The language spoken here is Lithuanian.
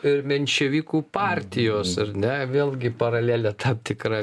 ir menševikų partijos ar ne vėlgi paralelė tapti tikra